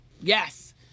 Yes